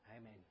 Amen